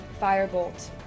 Firebolt